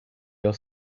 your